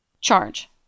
Charge